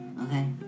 Okay